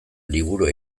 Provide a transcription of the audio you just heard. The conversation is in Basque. liburua